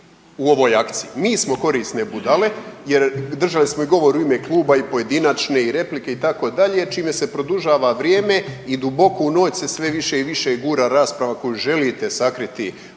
u ovoj akciji. Mi smo korisne budale jer držali smo govor u ime kluba i pojedinačne i replike itd. čime se produžava vrijeme i duboko u noć se sve više i više gura rasprava koju želite sakriti,